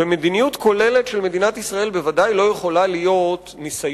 ומדיניות כוללת של מדינת ישראל בוודאי לא יכולה להיות יומרה